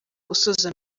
gusoza